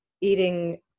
eating